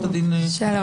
שלום.